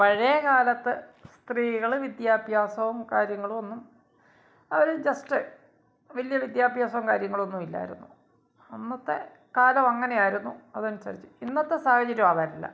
പഴയ കാലത്തെ സ്ത്രീകൾ വിദ്യാഭ്യാസോം കാര്യങ്ങളും ഒന്നും അവർ ജസ്റ്റ് വലിയ വിദ്യാഭ്യാസമോ കാര്യങ്ങളൊന്നും ഇല്ലായിരുന്നു അന്നത്തെ കാലം അങ്ങനെയായിരുന്നു അതനുസരിച്ച് ഇന്നത്തെ സാഹചര്യം അതല്ല